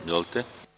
Izvolite.